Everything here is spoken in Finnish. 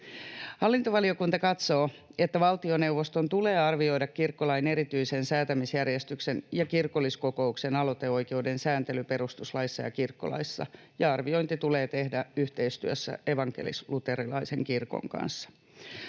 Hallintovaliokunta katsoo, että valtioneuvoston tulee arvioida kirkkolain erityisen säätämisjärjestyksen ja kirkolliskokouksen aloiteoikeuden sääntely perustuslaissa ja kirkkolaissa ja arviointi tulee tehdä yhteistyössä evankelis-luterilaisen kirkon kanssa.